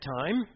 time